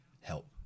help